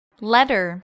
letter